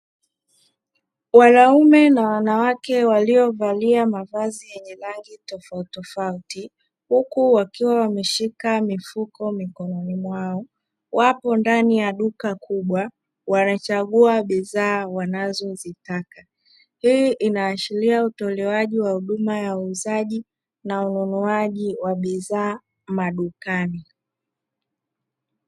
Wanaume na wanawake waliovalia mavazi yenye rangi tofautitofauti, huku wakiwa wameshika mifuko mikononi mwao, wapo ndani ya duka kubwa wanachagua bidhaa wanazozitaka. Hii inaashiria utolewaji wa huduma ya uuzaji na ununuaji wa bidhaa madukani.